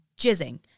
jizzing